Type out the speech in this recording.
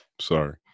Sorry